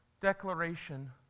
declaration